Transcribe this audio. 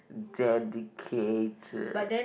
dedicated